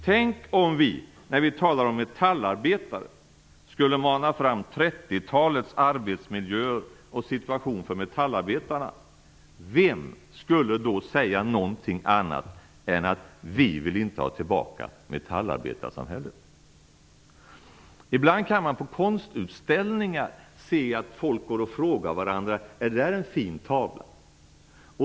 Tänk om vi, när vi talar om metallarbetare, skulle mana fram 30-talets arbetsmiljöer och situation för metallarbetarna. Vem skulle då säga något annat än att man inte vill ha tillbaka metallarbetarsamhället? Ibland kan man på konstutställningar höra att folk frågar varandra: Är det där en fin tavla?